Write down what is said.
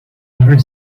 never